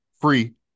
Free